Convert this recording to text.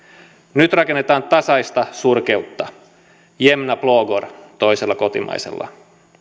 nyt rakennetaan tasaista surkeutta jämna plågor toisella kotimaisella